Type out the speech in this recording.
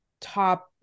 top